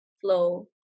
flow